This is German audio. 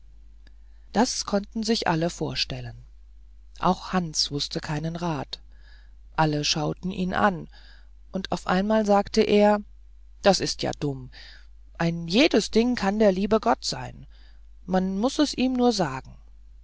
das konnten sich alle vorstellen auch hans wußte keinen rat alle schauten ihn an und auf einmal sagte er das ist ja dumm ein jedes ding kann der liebe gott sein man muß es ihm nur sagen